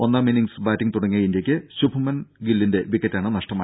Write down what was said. ഒന്നാം innings batting തുടങ്ങിയ ഇന്ത്യക്ക് ശുഭ്മൻ ഗില്ലിന്റെ വിക്കറ്റാണ് നഷ്ടമായത്